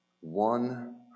One